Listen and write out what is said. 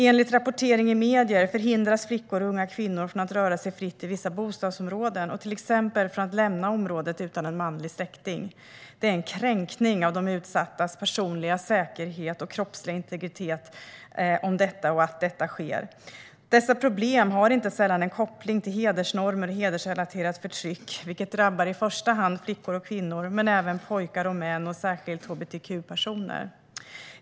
Enligt rapportering i medier förhindras flickor och unga kvinnor från att röra sig fritt i vissa bostadsområden och till exempel från att lämna området utan en manlig släkting. Det är en kränkning av de utsattas personliga säkerhet och kroppsliga integritet att detta sker. Dessa problem har inte sällan en koppling till hedersnormer och hedersrelaterat förtryck, vilket drabbar i första hand flickor och kvinnor men även pojkar och män och särskilt hbtq-personer.